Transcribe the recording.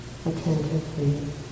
attentively